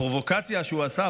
הפרובוקציה שהוא עשה,